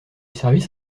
service